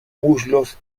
muslos